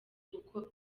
uko